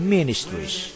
Ministries